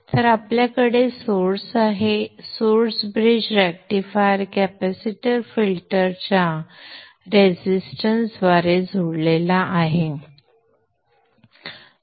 तर आपल्याकडे सोर्स आहे सोर्स ब्रिज रेक्टिफायर कॅपेसिटर फिल्टरच्या रेझिस्टन्स द्वारे जोडलेला आहे